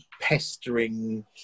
pestering